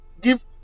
Give